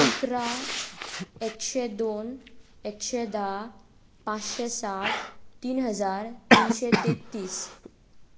अकरा एकशें दोन एकशें धा पांचशें साड तीन हजार तिनशें तेत्तीस